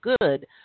good